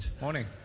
Morning